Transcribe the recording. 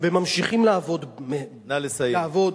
והם ממשיכים לעבוד, נא לסיים.